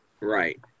right